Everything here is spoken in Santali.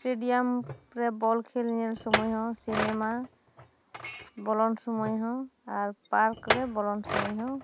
ᱥᱴᱮᱰᱤᱭᱟᱢ ᱨᱮ ᱵᱚᱞ ᱠᱷᱮᱞ ᱧᱮᱞ ᱥᱚᱢᱚᱭ ᱦᱚᱸ ᱥᱤᱱᱮᱢᱟ ᱵᱚᱞᱚᱱ ᱥᱚᱢᱚᱭ ᱦᱚᱸ ᱟᱨ ᱯᱟᱨᱠ ᱨᱮ ᱵᱚᱞᱚᱱ ᱥᱚᱢᱚᱭ ᱦᱚᱸ